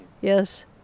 Yes